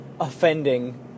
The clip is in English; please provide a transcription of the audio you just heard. offending